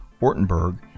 Ortenberg